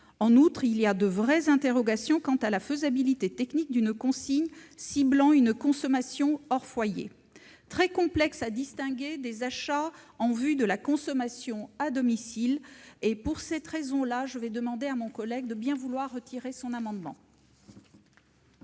En outre, il y a de vraies interrogations quant à la faisabilité technique d'une consigne ciblant une consommation hors foyer, très complexe à distinguer des achats en vue de la consommation à domicile. Pour cette raison, je sollicite le retrait de cet amendement.